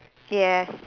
yes